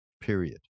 period